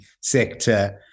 sector